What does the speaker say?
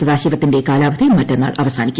സദാശിവത്തിന്റെ കില്ലാവ്ധി മറ്റന്നാൾ അവസാനിക്കും